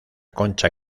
concha